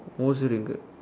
mostly Ringgit